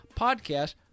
podcast